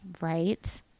Right